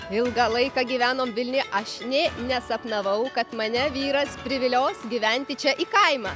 ilgą laiką gyvenom vilniuje aš nė nesapnavau kad mane vyras privilios gyventi čia į kaimą